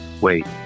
wait